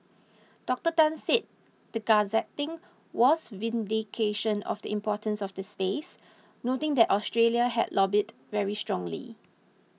Doctor Tan said the gazetting was vindication of the importance of the space noting that Australia had lobbied very strongly